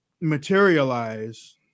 materialize